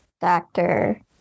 doctor